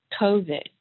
COVID